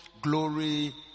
glory